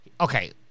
okay